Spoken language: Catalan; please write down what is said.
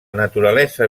naturalesa